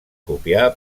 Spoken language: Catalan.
copiar